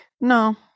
No